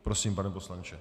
Prosím, pane poslanče.